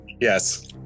Yes